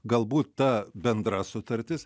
galbūt ta bendra sutartis